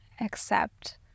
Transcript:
accept